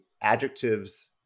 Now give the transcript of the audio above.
adjectives